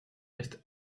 reste